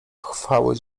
chwały